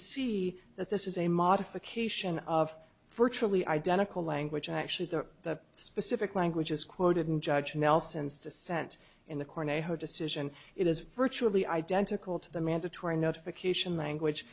see that this is a modification of virtually identical language actually the specific language is quoted in judge nelson's dissent in the corner her decision it is virtually identical to the mandatory notification language